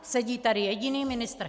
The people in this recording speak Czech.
Sedí tady jediný ministr.